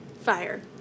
Fire